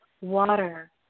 water